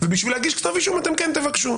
ובשביל להגיש כתב אישום אתם כן תבקשו.